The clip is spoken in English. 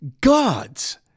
God's